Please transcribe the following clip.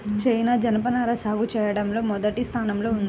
China జనపనార సాగు చెయ్యడంలో మొదటి స్థానంలో ఉందంట